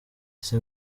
ese